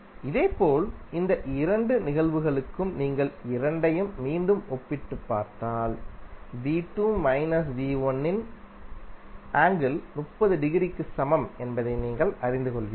இதேபோல் இந்த இரண்டு நிகழ்வுகளுக்கும் நீங்கள் இரண்டையும் மீண்டும் ஒப்பிட்டுப் பார்த்தால் மைனஸ் இன் ஆங்கிள் 30 டிகிரிக்கு சமம் என்பதைநீங்கள் அறிந்து கொள்வீர்கள்